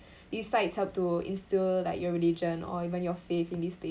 these sites have to instill like your religion or even your faith in this place